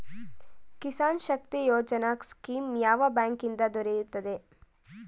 Kisan Shakti Yojana scheme ಯಾವ bank ನಿಂದ ದೊರೆಯುತ್ತದೆ?